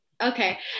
Okay